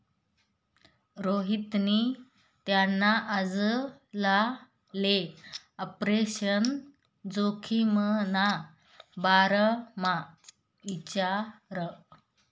रोहितनी त्याना आजलाले आपरेशन जोखिमना बारामा इचारं